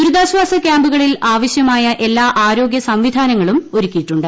ദുരിതാശ്ചാസ ക്യാമ്പുകളിൽ ആവശ്യമായ എല്ലാ ആരോഗ്യ സംവിധാനങ്ങളും ഒരുക്കിയിട്ടുണ്ട്